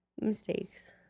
mistakes